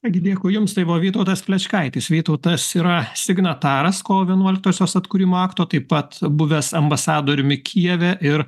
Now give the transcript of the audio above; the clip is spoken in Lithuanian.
ką gi dėkui jums tai buvo vytautas plečkaitis vytautas yra signataras kovo vienuoliktosios atkūrimo akto taip pat buvęs ambasadoriumi kijeve ir